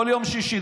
כל יום שישי,